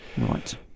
Right